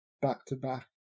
back-to-back